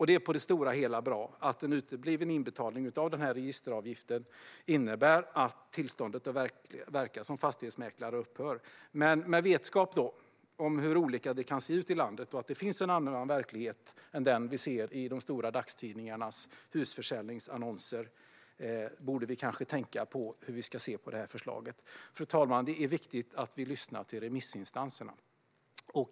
Det är på det stora hela bra att utebliven inbetalning av registreringsavgift innebär att tillståndet att verka som fastighetsmäklare upphör, men med vetskap om hur olika det kan se ut i landet och att det finns en annan verklighet än den vi ser i de stora dagstidningarnas husförsäljningsannonser borde vi tänka på hur vi ska se på förslaget. Fru talman! Det är viktigt att lyssna till remissinstanserna.